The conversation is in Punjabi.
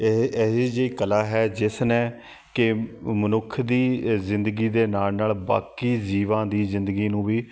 ਇਹ ਇਹੀ ਜਿਹੀ ਕਲਾ ਹੈ ਜਿਸਨੇ ਕਿ ਮਨੁੱਖ ਦੀ ਅ ਜ਼ਿੰਦਗੀ ਦੇ ਨਾਲ ਨਾਲ ਬਾਕੀ ਜੀਵਾਂ ਦੀ ਜ਼ਿੰਦਗੀ ਨੂੰ ਵੀ